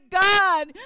God